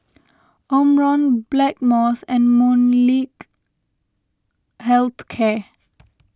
Omron Blackmores and Molnylcke Health Care